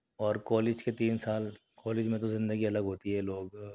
اور کالج کے تین سال کالج میں تو زندگی الگ ہوتی ہے لوگ